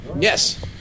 Yes